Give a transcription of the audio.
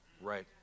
Right